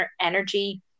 energy